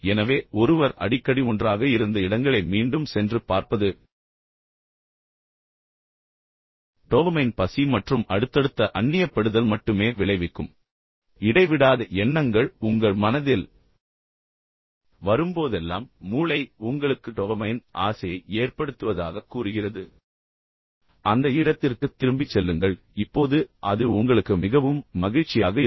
எனவே ஒருவர் அடிக்கடி ஒன்றாக இருந்த இடங்களை மீண்டும் சென்று பார்ப்பது டோபமைன் பசி மற்றும் அடுத்தடுத்த அந்நியப்படுதல் மட்டுமே விளைவிக்கும் எனவே இடைவிடாத எண்ணங்கள் உங்கள் மனதில் வரும்போதெல்லாம் மூளை உங்களுக்கு டோபமைன் ஆசையை ஏற்படுத்துவதாகக் கூறுகிறது அந்த இடத்திற்குத் திரும்பிச் செல்லுங்கள் இப்போது அது உங்களுக்கு மிகவும் மகிழ்ச்சியாக இருக்கும்